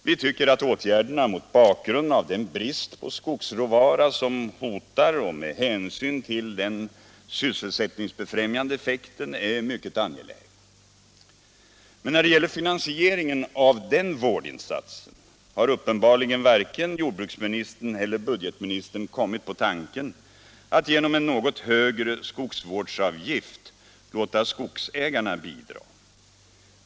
Vi tycker att åtgärderna mot bakgrund av den brist på skogsråvara som hotar och med hänsyn till den sysselsättningsbefrämjande effekten är mycket angelägna. Men när det gäller finansieringen av den vårdinsatsen har uppenbarligen varken jordbruksministern eller budgetministern kommit på tanken att genom en något högre skogsvårdsavgift låta skogsägarna bidra.